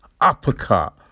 uppercut